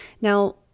Now